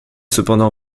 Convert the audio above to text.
cependant